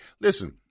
Listen